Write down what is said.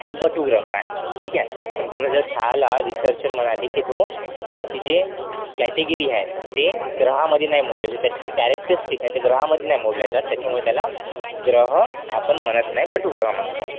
बटू ग्रह आहे ठीक आहे पण दोन हजार सहाला रिसर्चर म्हणाली की तो त्याची जे कॅटेगिरी आहे ते ग्रहामध्ये नाही मोडले जर त्याचे जे कॅरेक्टरस्टिक आहे ते ग्रहामध्ये नाही मोडले जात त्याच्यामुळे त्याला ग्रह आपण म्हणत नाही बटूग्रह म्हणतो